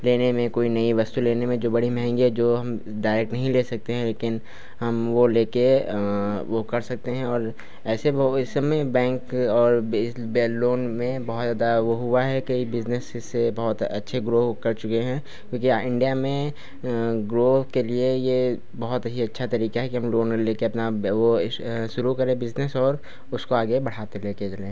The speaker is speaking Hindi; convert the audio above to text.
लेने में कोई नई वस्तु लेने में जो बड़ी महँगी है जो हम डायरेक्ट नहीं ले सकते हैं लेकिन हम वह लेकर वह कर सकते हैं और ऐसे वह वे इस समय बैंक और बे लोन में बहुत ज़्यादा वह हुआ है कई बिज़नेस इससे बहुत अच्छे ग्रोह कर चुके हैं क्योंकि यहाँ इंडिया में ग्रोह के लिए यह बहुत ही अच्छा तरीका है कि हम लोन ओन लेकर अपना वह इस यह शुरू करें बिज़नेस और उसको आगे बढ़ाते लेकर चलें